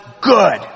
good